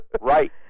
Right